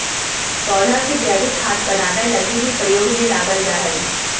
पौधा के जैविक खाद बनाबै लगी भी प्रयोग में लबाल जा हइ